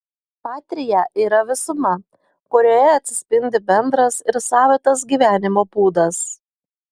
patria yra visuma kurioje atsispindi bendras ir savitas gyvenimo būdas